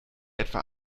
etwa